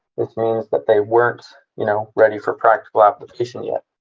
which means that they weren't you know ready for practical application yet.